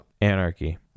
anarchy